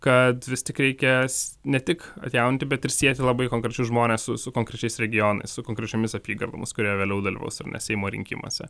kad vis tik reikės ne tik atjauninti bet ir sieti labai konkrečius žmones su su konkrečiais regionais su konkrečiomis apygardoms kurie vėliau dalyvaus ar ne seimo rinkimuose